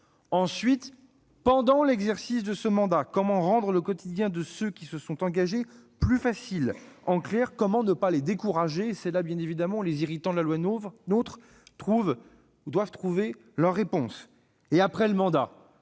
local ? Pendant l'exercice du mandat, comment rendre le quotidien de ceux qui se sont engagés plus facile ? En clair, comment ne pas les décourager ? C'est là que les « irritants » de la loi NOTRe doivent trouver des réponses. Après le mandat,